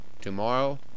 tomorrow